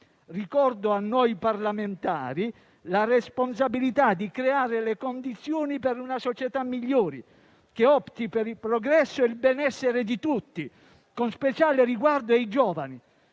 Ricordo a noi parlamentari la responsabilità di creare le condizioni per una società migliore, che opti per il progresso e il benessere di tutti, con speciale riguardo ai giovani.